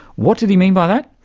what did he mean by that?